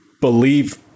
believe